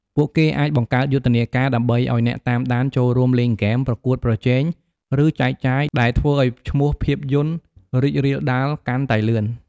ពួកគេអាចបង្កើតយុទ្ធនាការដើម្បីឱ្យអ្នកតាមដានចូលរួមលេងហ្គេម ប្រកួតប្រជែង ឬចែកចាយ ដែលធ្វើឱ្យឈ្មោះភាពយន្តរីករាលដាលកាន់តែលឿន។